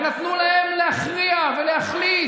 ונתנו להם להכריע ולהחליט,